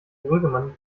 brüggemann